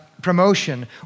promotion